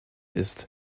ist